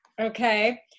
Okay